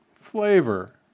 flavor